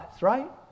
right